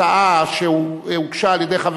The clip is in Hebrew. התשע"ב 2012, של חבר